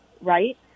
right